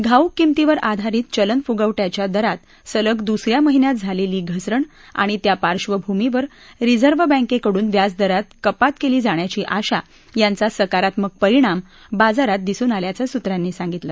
घाऊक किमतीवर आधारित चलन फुगवट्याच्या दरात सलग दुसऱ्या महिन्यात झालेली घसरण आणि त्या पार्श्वभूमीवर रिझर्व्ह बँकेकडून व्याजदरात कपात केली जाण्याची आशा यांचा सकारत्मक परिणाम बाजारात दिसून आल्याचं सूत्रांनी सांगितलं